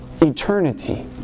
eternity